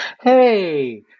hey